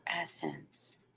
essence